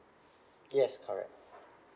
yes correct